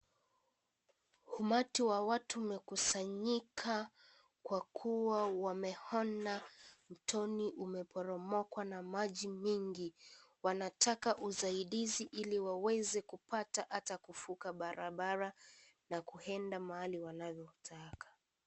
Umati wa watu umekusanyika kwa kuwa wameona mtoni umeporomokwa na maji mingi. Wanataka usaidizi ili waweza kupata hata kufuka barabara na kuenda mahali wanavyotaka.